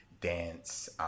dance